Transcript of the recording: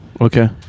Okay